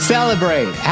Celebrate